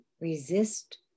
resist